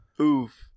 Oof